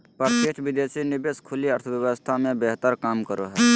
प्रत्यक्ष विदेशी निवेश खुली अर्थव्यवस्था मे बेहतर काम करो हय